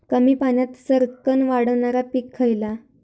कमी पाण्यात सरक्कन वाढणारा पीक खयला?